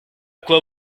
quoi